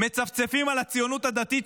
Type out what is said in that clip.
מצפצפים על הציונות הדתית,